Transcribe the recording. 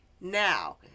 now